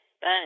Bye